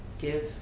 give